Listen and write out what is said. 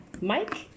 Mike